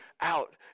out